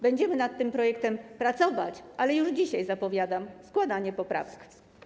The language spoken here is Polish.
Będziemy nad tym projektem pracować, ale już dzisiaj zapowiadam składanie poprawek.